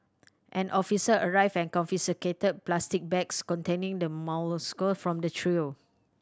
an officer arrived and confiscated plastic bags containing the molluscs from the trio